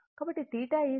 కాబట్టి θ tan 1 L ω 1ωCR